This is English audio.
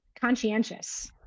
conscientious